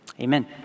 Amen